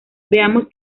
veamos